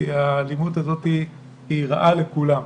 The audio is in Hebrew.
כי האלימות הזאת רעה לכולם.